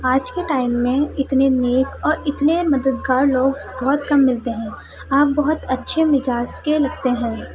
آج کے ٹائم میں اتنے نیک اور اتنے مددگار لوگ بہت کم ملتے ہیں آپ بہت اچھے مزاج کے لگتے ہیں